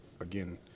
again